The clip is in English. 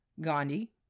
Gandhi